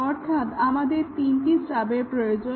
অর্থাৎ আমাদের তিনটে স্টাবের প্রয়োজন